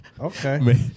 Okay